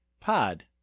pod